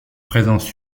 présence